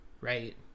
right